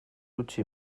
utzi